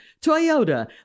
Toyota